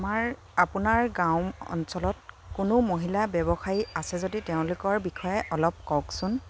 আমাৰ আপোনাৰ গাঁও অঞ্চলত কোনো মহিলা ব্যৱসায়ী আছে যদি তেওঁলোকৰ বিষয়ে অলপ কওকচোন